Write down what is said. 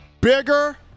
bigger